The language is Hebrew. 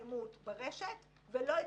לדבריי,